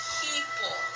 people